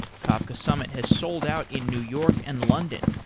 kafka summit has sold out in new york and london.